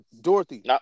Dorothy